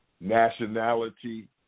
nationality